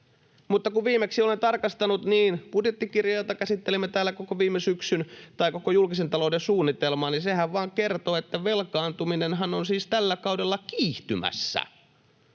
Mutta kun viimeksi olen tarkistanut, niin budjettikirjahan, jota käsittelimme täällä koko viime syksyn, tai koko julkisen talouden suunnitelmahan vaan kertoo, että velkaantuminen on siis tällä kaudella kiihtymässä.